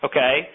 Okay